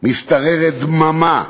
משתררת דממה?